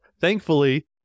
thankfully